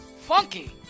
funky